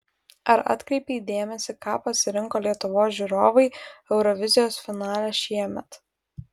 ar atkreipei dėmesį ką pasirinko lietuvos žiūrovai eurovizijos finale šiemet